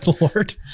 lord